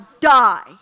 die